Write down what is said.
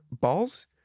balls